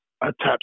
attached